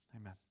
amen